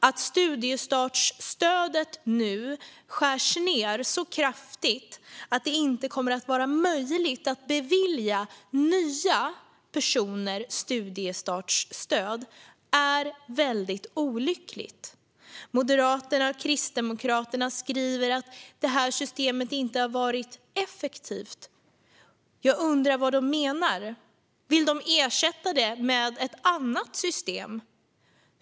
Att studiestartsstödet nu skärs ned så kraftigt att det inte kommer att vara möjligt att bevilja nya personer studiestartsstöd är olyckligt. Moderaterna och Kristdemokraterna menar att systemet inte har varit effektivt. Jag undrar vad de menar. Vill de ersätta det med ett annat system?